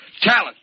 Talent